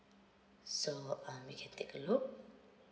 so um we can take a look